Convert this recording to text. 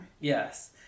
Yes